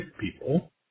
people